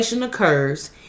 occurs